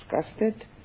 disgusted